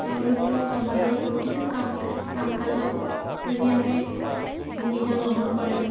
তেওঁলোকেও সমাজৰ প্ৰতিটো কাম কাম কাজত ধুনীয়াকৈ ভূমিকা গ্ৰহণ কৰে